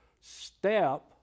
step